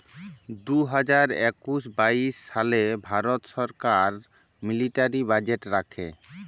দু হাজার একুশ বাইশ সালে ভারত ছরকার মিলিটারি বাজেট রাখে